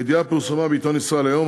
הידיעה פורסמה בעיתון "ישראל היום",